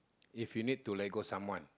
if you need to let go someone